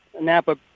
Napa